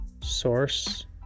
Source